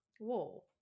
Whoa